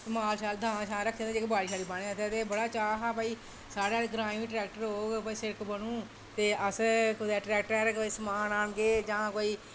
माल दांद रक्खे दे होंदे हे जेह्के बाड़ियां बाहंदे हे ते बड़ा चाऽ हा कि भई साढ़े ग्राएं बी ट्रैक्टर होग ते सिड़क बनग ते अस कुदै कोई ट्रैक्टरे पर समान आह्नगे जां कोई